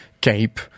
cape